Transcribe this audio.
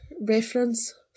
reference